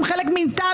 הם חלק מאיתנו.